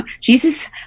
jesus